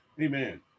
Amen